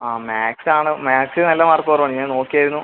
ആ മാത്സ് ആണ് മാത്സിൽ നല്ല മാർക്ക് കുറവ് ആണ് ഞാൻ നോക്കി ആയിരുന്നു